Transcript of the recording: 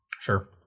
sure